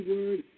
Word